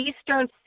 eastern